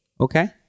Okay